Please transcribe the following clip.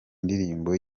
ndirimbo